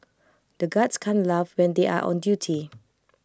the guards can't laugh when they are on duty